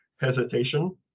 hesitation